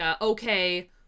okay